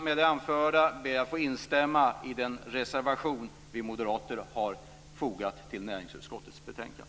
Med det anförda instämmer jag i den reservation vi moderater fogat till näringsutskottets betänkande.